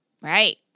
Right